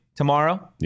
Tomorrow